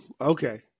Okay